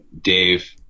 Dave